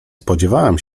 spodziewałam